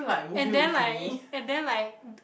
and then like and then like